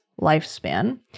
lifespan